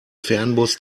fernbus